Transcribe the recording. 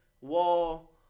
Wall